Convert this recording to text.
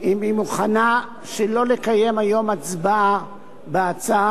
אם היא מוכנה שלא לקיים היום הצבעה בהצעה,